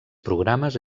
programes